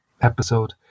episode